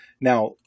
Now